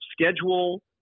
schedule